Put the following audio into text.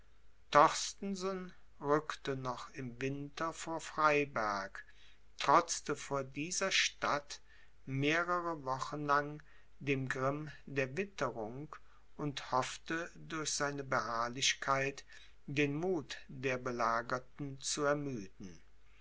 rückte noch im winter vor freiberg trotzte vor dieser stadt mehrere wochen lang dem grimm der witterung und hoffte durch seine beharrlichkeit den muth der belagerten zu ermüden